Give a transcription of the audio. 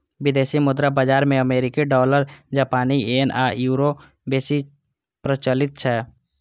विदेशी मुद्रा बाजार मे अमेरिकी डॉलर, जापानी येन आ यूरो बेसी प्रचलित छै